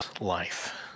life